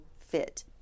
fit